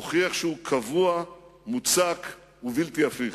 הוכיח שהוא קבוע, מוצק ובלתי הפיך.